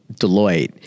Deloitte